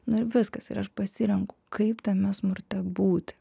nu ir viskas ir aš pasirenku kaip tame smurte būti